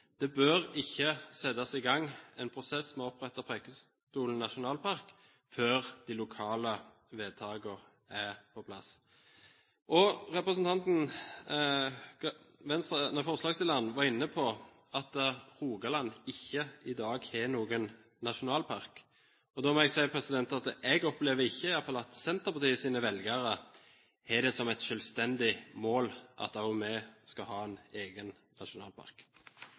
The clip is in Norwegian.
Det bør ikke settes i gang en prosess med å opprette Preikestolen nasjonalpark før de lokale vedtakene er på plass. Forslagsstilleren var inne på at Rogaland i dag ikke har noen nasjonalpark. Da må jeg si at jeg opplever ikke at Senterpartiets velgere har det som et selvstendig mål at også vi skal ha en egen nasjonalpark.